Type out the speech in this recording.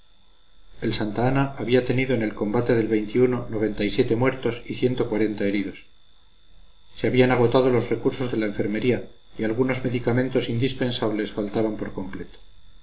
el santa ana había tenido en el combate del noventa y siete muertos y ciento cuarenta heridos se habían agotado los recursos de la enfermería y algunos medicamentos indispensables faltaban por completo